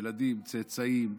ילדים, צאצאים,